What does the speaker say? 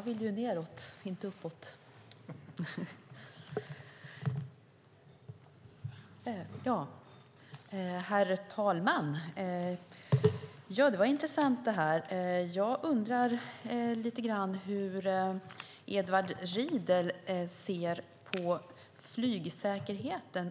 Herr talman! Detta var intressant. Jag undrar lite grann hur Edward Riedl ser på flygsäkerheten.